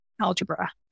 algebra